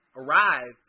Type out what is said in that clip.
arrive